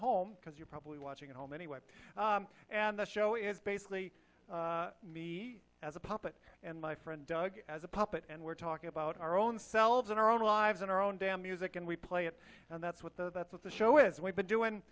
home because you're probably watching at home anyway and the show is basically me as a puppet and my friend doug as a puppet and we're talking about our own selves in our own lives in our own damn music and we play it and that's what the that's what the show is we've been doing